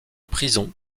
prison